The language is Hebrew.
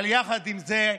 יחד עם זאת,